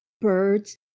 Birds